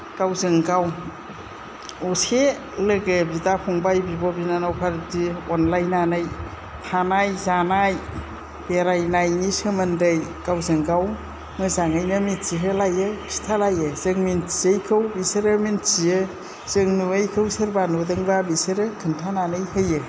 गावजों गाव असे लोगो बिदा फंबाय बिब' बिनानावफोरबादि अनलायनानै थानाय जानाय बेरायनायनि सोमोन्दै गावजों गाव मोजाङैनो मिथिहोलायो खिथालायो जों मिन्थियैखौ बिसोरो मिन्थियो जों नुयैखौ सोरबा नुदोंब्ला बिसोरो खोन्थानानै होयो